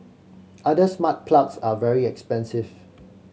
other smart plugs are very expensive